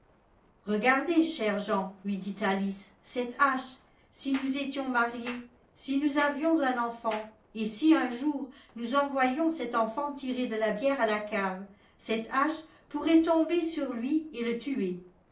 regardez cher jean lui dit alice cette hache si nous étions mariés si nous avions un enfant et si un jour nous envoyions cet enfant tirer de la bière à la cave cette hache pourrait tomber sur lui et le tuer